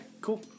cool